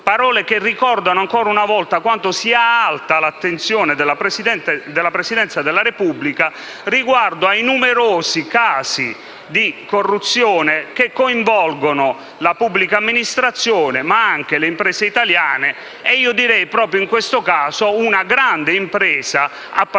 parole che ricordano, ancora una volta, quanto sia alta l'attenzione della Presidenza della Repubblica riguardo ai numerosi casi di corruzione che coinvolgono la pubblica amministrazione, ma anche le imprese italiane, e io direi proprio in questo caso, una grande impresa a